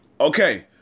Okay